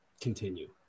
continue